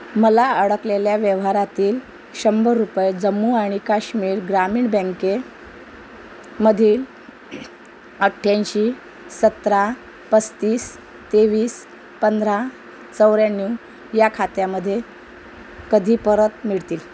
मला अडकलेल्या व्यवहारातील शंभर रुपये जम्मू आणि काश्मीर ग्रामीण बँकेमधील अठ्ठ्याऐंशी सतरा पस्तीस तेवीस पंधरा चौऱ्याण्णव या खात्यामदे कधी परत मिळतील